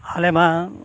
ᱟᱞᱮ ᱢᱟ